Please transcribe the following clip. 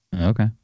Okay